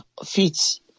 feet